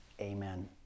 amen